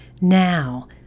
now